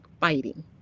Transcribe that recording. fighting